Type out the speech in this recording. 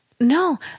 no